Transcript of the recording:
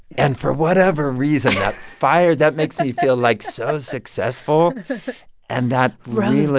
and for whatever reason, that fire that makes me feel, like, so successful and that really. like